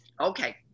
Okay